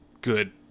good